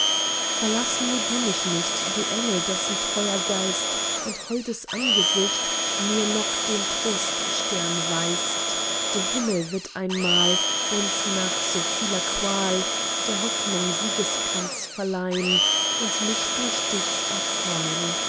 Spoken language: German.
verlass nur du mich nicht du engel dessen treuer geist und holdes angesicht mir noch den troststern weist der himmel wird einmal uns nach so vieler qual der hoffnung siegeskranz verleihn und mich durch dich erfreun